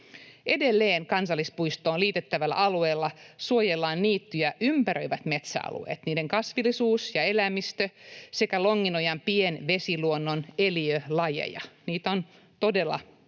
Edelleen kansallispuistoon liitettävällä alueella suojellaan niittyjä ympäröivät metsäalueet, niiden kasvillisuus ja eläimistö sekä Longinojan pienvesiluonnon eliölajeja. Niitä on todella paljon.